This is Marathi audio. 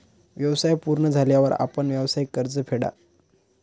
व्यवसाय पूर्ण झाल्यावर आपण व्यावसायिक कर्ज फेडा